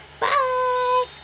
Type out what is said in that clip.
bye